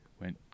went